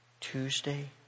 Tuesday